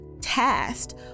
tasked